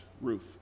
roof